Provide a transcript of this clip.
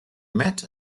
met